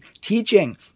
teaching